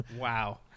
Wow